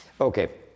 Okay